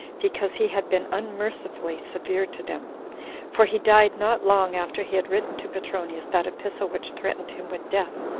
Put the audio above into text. because he had been unmercifully severe to them for he died not long after he had written to petronius that epistle which threatened him with death.